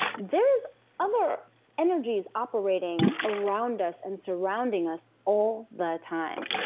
there's other energies operating around us and surrounding us all the time.